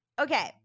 okay